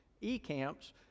e-camps